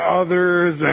others